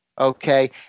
Okay